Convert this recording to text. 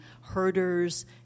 herders